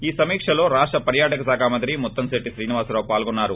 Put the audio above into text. ఈ సమీక్షలో రాష్ట పర్యాటక శాఖ మంత్రి ముత్తంశెట్టి శ్రీనివాసరావు పాల్గొన్సారు